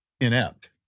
inept